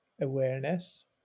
awareness